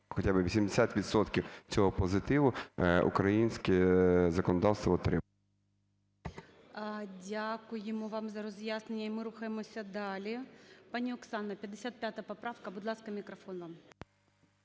відсотків цього позитиву українське законодавство отримало. ГОЛОВУЮЧИЙ. Дякуємо вам за роз'яснення. І ми рухаємося далі. Пані Оксана, 55 поправка. Будь ласка, мікрофон вам.